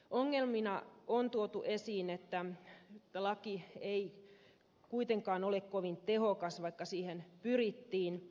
ongelmina on tuotu esiin että laki ei kuitenkaan ole kovin tehokas vaikka siihen pyrittiin